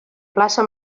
plaça